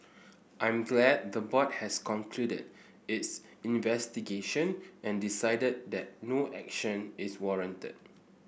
I'm glad the board has concluded its investigation and decided that no action is warranted